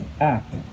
Act